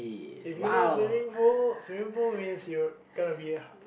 if you know swimming pool swimming pool means you gonna be